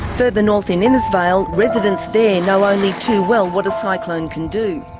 further north in innisfail residents there know only too well what a cyclone can do.